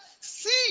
see